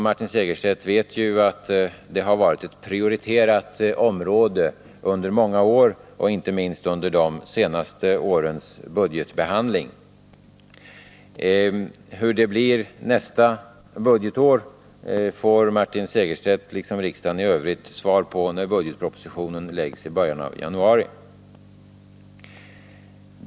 Martin Segerstedt vet ju att detta har varit ett prioriterat område under många år — inte minst under de senaste årens budgetbehandling. Hur det blir nästa budgetår får Martin Segerstedt liksom riksdagen i övrigt svar på när budgetpropositionen läggs fram i början av januari.